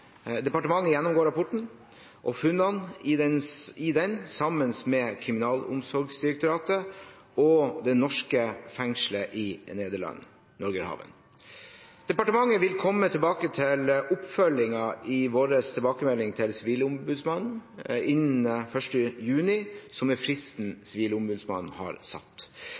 Departementet gjennomgår rapporten og funnene i den sammen med Kriminalomsorgsdirektoratet og det norske fengselet i Nederland, Norgerhaven. Departementet vil komme tilbake til oppfølgingen i sin tilbakemelding til Sivilombudsmannen innen 1. juni, som er fristen Sivilombudsmannen har satt.